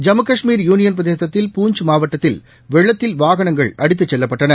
ஜம்மு காஷ்மீர் யூனியன்பிரதேசத்தில் பூஞ்ச் மாவட்டத்தில் வெள்ளத்தில் வாகனங்கள் அடித்துச் செல்லப்பட்டன